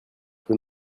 peu